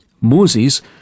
Moses